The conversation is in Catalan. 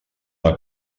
una